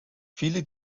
viele